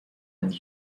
and